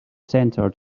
centered